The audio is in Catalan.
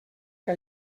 que